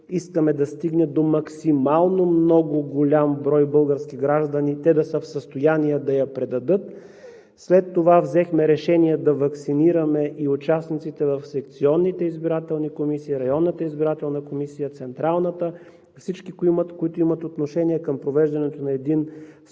искаме да стигне до максимално голям брой български граждани, те да са в състояние да я предадат. След това взехме решение да ваксинираме и участниците в секционните избирателни комисии, районните избирателни комисии, Централната – всички, които имат отношение към провеждането на един спокоен